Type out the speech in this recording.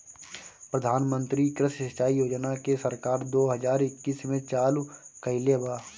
प्रधानमंत्री कृषि सिंचाई योजना के सरकार दो हज़ार इक्कीस में चालु कईले बा